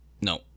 No